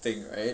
thing right